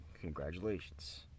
Congratulations